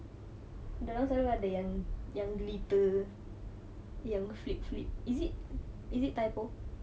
dia orang selalu ada yang yang glitter yang flip flip is it is it typo